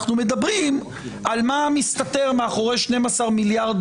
אנחנו מדברים על מה מסתתר מאחורי 12 מיליארד